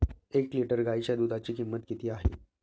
एक लिटर गाईच्या दुधाची किंमत किती आहे?